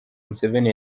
museveni